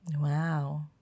Wow